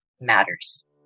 matters